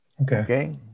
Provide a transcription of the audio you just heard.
Okay